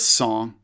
song